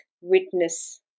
witness